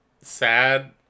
sad